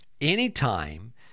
Anytime